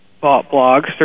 blog